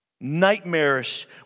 nightmarish